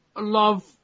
love